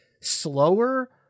slower